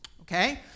okay